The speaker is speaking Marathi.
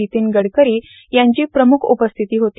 नितीन गडकरी यांची प्रम्ख उपस्थिती होती